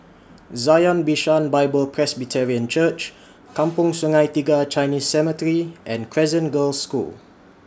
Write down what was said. Zion Bishan Bible Presbyterian Church Kampong Sungai Tiga Chinese Cemetery and Crescent Girls' School